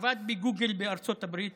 עבד בגוגל בארצות הברית